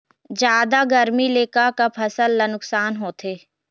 जादा गरमी ले का का फसल ला नुकसान होथे?